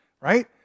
right